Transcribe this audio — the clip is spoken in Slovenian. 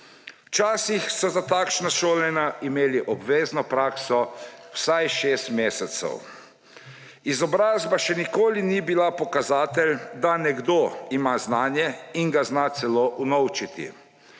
Včasih so za takšna šolanja imeli obvezno prakso vsaj šest mesecev. Izobrazba še nikoli ni bila pokazatelj, da nekdo ima znanje in ga zna celo unovčiti.